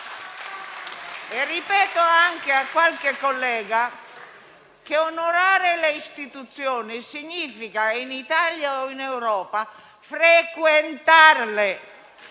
Ripeto anche a qualche collega che onorare le istituzioni significa, in Italia o in Europa, frequentarle